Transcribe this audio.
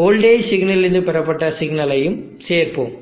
voltage சிக்னலில் இருந்து பெறப்பட்ட சிக்னலையும் சேர்ப்போம்